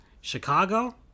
Chicago